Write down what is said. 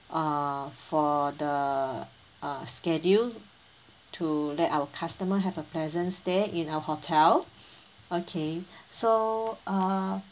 err for the uh schedule to let our customer have a pleasant stay in our hotel okay so err